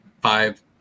five